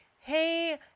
Hey